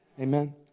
Amen